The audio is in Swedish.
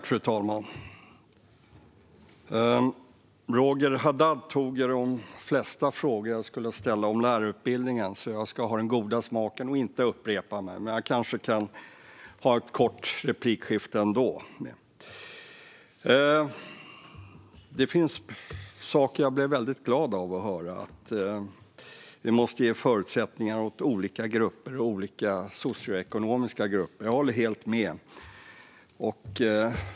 Fru talman! Roger Haddad tog upp de flesta frågor jag skulle ställa om lärarutbildningen, så jag ska ha den goda smaken att inte upprepa dem. Men jag kanske kan ha ett kort replikskifte ändå. Det finns saker jag blir väldigt glad av att höra, till exempel att vi måste ge förutsättningar åt olika socioekonomiska grupper. Jag håller helt med.